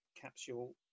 capsule